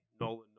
Nolan